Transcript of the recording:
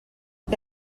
que